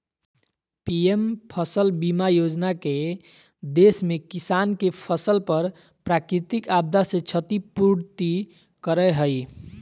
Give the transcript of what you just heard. PM फसल बीमा योजना के देश में किसान के फसल पर प्राकृतिक आपदा से क्षति पूर्ति करय हई